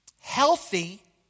Healthy